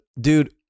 dude